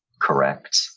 correct